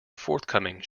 forthcoming